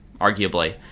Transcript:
arguably